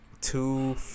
Two